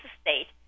state